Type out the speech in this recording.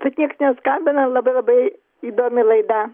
čia tiek neskambina labai labai įdomi laida